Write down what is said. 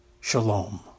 Shalom